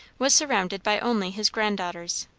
was surrounded by only his grand-daughters.